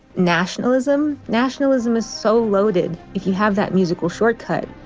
nationalism? nationalism is so loaded. if you have that musical shortcut,